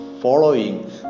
following